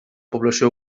població